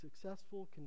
successful